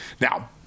Now